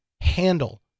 handle